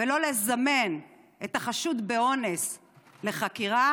ולא לזמן את החשוד באונס לחקירה,